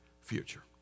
future